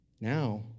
now